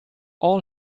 all